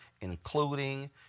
including